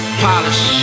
polish